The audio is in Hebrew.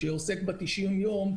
שעוסק ב-90 יום,